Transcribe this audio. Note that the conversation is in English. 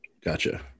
Gotcha